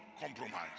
compromise